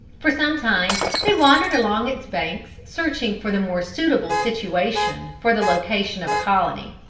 for some time they wandered along its banks searching for the more suitable situation for the location of a colony.